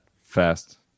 Fast